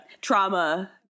Trauma